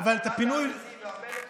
אגב, אבל את הפינוי, גם,